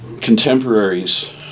contemporaries